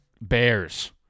Bears